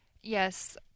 yes